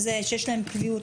שיש להם קביעות,